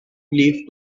leaf